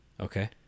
Okay